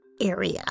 area